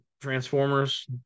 Transformers